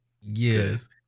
Yes